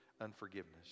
unforgiveness